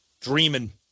Dreaming